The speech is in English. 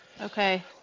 Okay